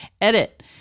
Edit